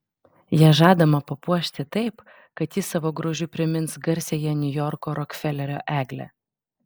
ją žadama papuošti taip kad ji savo grožiu primins garsiąją niujorko rokfelerio eglę